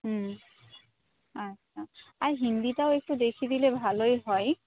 হুম আচ্ছা আর হিন্দিটাও একটু দেখিয়ে দিলে ভালোই হয়